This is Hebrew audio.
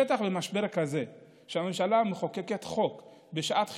בטח במשבר כזה, שהממשלה מחוקקת חוק בשעת חירום,